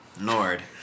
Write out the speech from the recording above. Nord